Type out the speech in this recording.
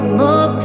more